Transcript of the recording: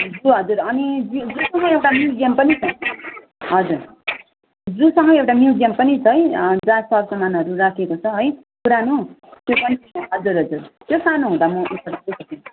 हजुर अनि जूसँगै एउटा म्युजियम पनि छ हजुर जूसँगै एउटा म्युजियम पनि छ है जहाँ सर सामानहरू राखेको छ है पुरानो त्यो पनि हजुर हजुर त्यो सानो हुँदा म